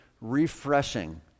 refreshing